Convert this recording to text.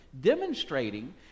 demonstrating